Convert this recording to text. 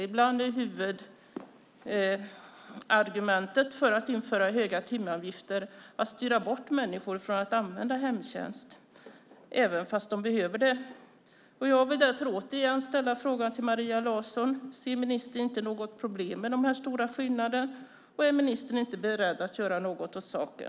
Ibland är huvudsyftet med att införa höga timavgifter att styra bort människor från att använda hemtjänst även om de behöver det. Jag vill återigen fråga Maria Larsson: Ser ministern inte något problem med de stora skillnaderna? Är ministern inte beredd att göra någonting åt saken?